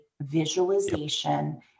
visualization